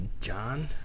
John